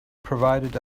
provided